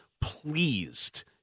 pleased